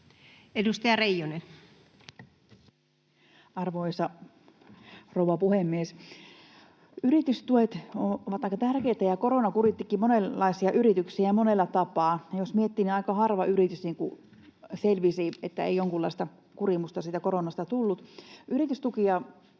14:42 Content: Arvoisa rouva puhemies! Yritystuet ovat aika tärkeitä, ja korona kurittikin monenlaisia yrityksiä monella tapaa. Jos miettii, niin aika harva yritys selvisi niin, että ei jonkunlaista kurimusta siitä koronasta tullut. Yritystukia